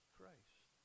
Christ